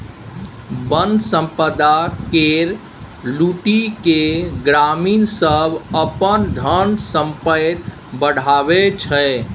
बन संपदा केर लुटि केँ ग्रामीण सब अपन धन संपैत बढ़ाबै छै